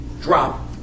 drop